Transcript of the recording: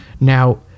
Now